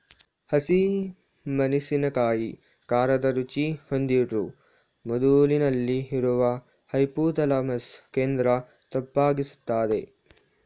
ಹಸಿ ಮೆಣಸಿನಕಾಯಿ ಖಾರದ ರುಚಿ ಹೊಂದಿದ್ರೂ ಮೆದುಳಿನಲ್ಲಿ ಇರುವ ಹೈಪೋಥಾಲಮಸ್ ಕೇಂದ್ರ ತಂಪಾಗಿರ್ಸ್ತದೆ